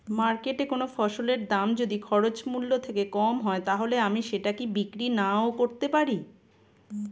মার্কেটৈ কোন ফসলের দাম যদি খরচ মূল্য থেকে কম হয় তাহলে আমি সেটা কি বিক্রি নাকরতেও পারি?